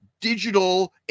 digital